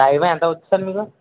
maximum ఎంత అవుద్ది sir మీకు